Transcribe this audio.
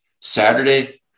Saturday